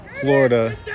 Florida